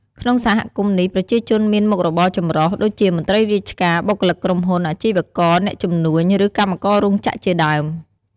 ក្នុងសហគមន៍នេះ ប្រជាជនមានមុខរបរចម្រុះ ដូចជាមន្ត្រីរាជការ បុគ្គលិកក្រុមហ៊ុន អាជីវករ អ្នកជំនួញ ឬកម្មកររោងចក្រជាដើម។